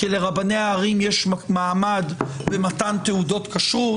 כי לרבני הערים יש מעמד במתן תעודות כשרות,